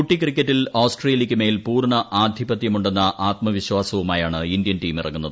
കുട്ടിക്രിക്കറ്റിൽ ഓസ്ട്രേലിയയ്ക്കുമേൽ പൂർണ ആധിപത്യമുണ്ടെന്ന ആത്മവിശ്വാസവുമായാണ് ഇന്ത്യൻ ടീം ഇറങ്ങുന്നത്